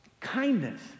Kindness